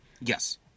Yes